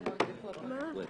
הישיבה